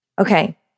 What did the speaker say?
Okay